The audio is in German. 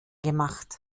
gemacht